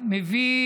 מביא